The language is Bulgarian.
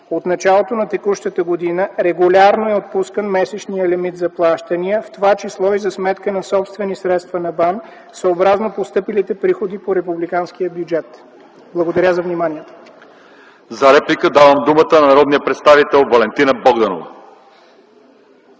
От началото на текущата година регулярно е отпускан месечният лимит за плащания, в това число и за сметка на собствени средства на БАН, съобразно постъпилите приходи по републиканския бюджет. Благодаря за вниманието. ПРЕДСЕДАТЕЛ ЛЪЧЕЗАР ИВАНОВ : Давам думата за реплика на народния представител Валентина Богданова.